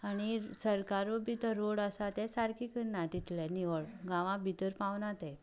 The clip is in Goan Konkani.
आनी सरकारूय बी रोड आसा ते रोड आसा ते सारके करिना तितले निवळ गांवां भितर पावना ते